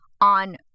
on